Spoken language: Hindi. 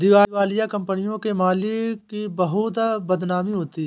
दिवालिया कंपनियों के मालिकों की बहुत बदनामी होती है